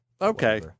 Okay